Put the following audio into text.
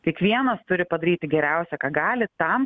kiekvienas turi padaryti geriausia ką gali tam